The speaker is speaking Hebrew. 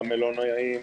למלונאים,